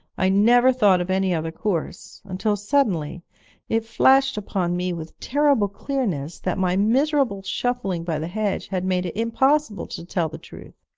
i never thought of any other course, until suddenly it flashed upon me with terrible clearness that my miserable shuffling by the hedge had made it impossible to tell the truth!